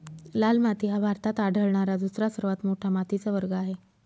लाल माती हा भारतात आढळणारा दुसरा सर्वात मोठा मातीचा वर्ग आहे